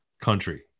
country